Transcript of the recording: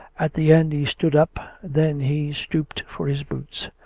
at the end he stood up. then he stooped for his boots.